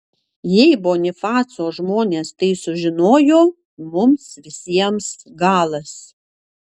jei bonifaco žmonės tai sužinojo mums visiems galas